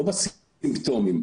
לא בסימפטומים,